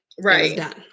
Right